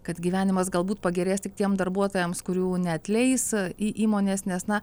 kad gyvenimas galbūt pagerės tik tiem darbuotojams kurių neatleis į įmonės nes na